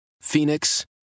Phoenix